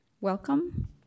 Welcome